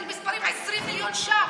איזה מספרים: 20 מיליון ש"ח,